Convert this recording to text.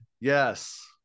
Yes